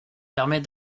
permet